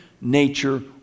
nature